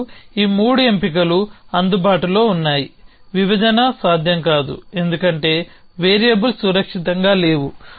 మాకు ఈ మూడు ఎంపికలు అందుబాటులో ఉన్నాయి విభజన సాధ్యం కాదు ఎందుకంటే వేరియబుల్స్ సురక్షితంగా లేవు